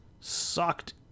sucked